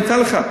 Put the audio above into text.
אני אתן לך.